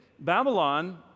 Babylon